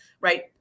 right